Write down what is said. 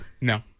No